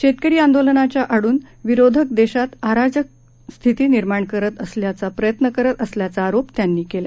शेतकरी आंदोलनाच्या आडून विरोधक देशात अराजकाची स्थिती निर्माण करण्याचा प्रयत्न करीत असल्याचा आरोप त्यांनी केल